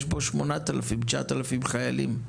יש בו 9,000-8,000 חיילים.